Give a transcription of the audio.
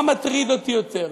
מה מטריד אותי יותר,